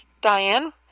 Diane